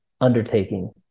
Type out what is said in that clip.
undertaking